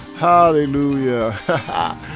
hallelujah